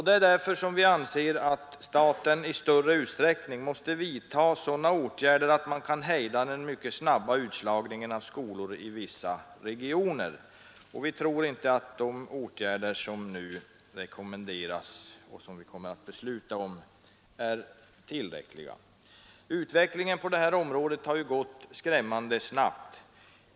Det är därför vi anser att staten i större utsträckning måste vidta sådana åtgärder att man kan hejda den mycket snabba utslagningen av skolor i vissa regioner. Vi tror inte att de åtgärder som nu rekommenderas och som vi kommer att besluta om är tillräckliga. Utvecklingen på det här området har gått skrämmande snabbt.